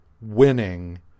winning